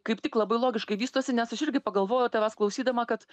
kaip tik labai logiškai vystosi nes aš irgi pagalvojau tavęs klausydama kad